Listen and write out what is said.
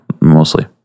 mostly